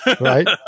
Right